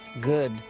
good